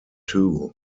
too